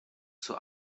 zur